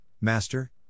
Master